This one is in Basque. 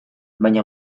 baina